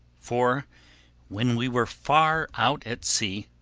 for when we were far out at sea,